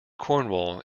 cornwall